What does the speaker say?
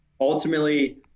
ultimately